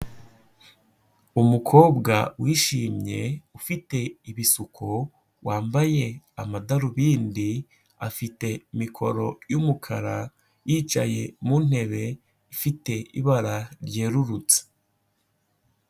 Umukobwa wishimye, ufite ibisuko, wambaye amadarubindi, afite mikoro y'umukara, yicaye mu ntebe ifite ibara ryerurutse.